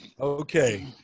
Okay